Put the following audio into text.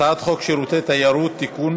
הצעת חוק שירותי תיירות (תיקון,